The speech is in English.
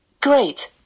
Great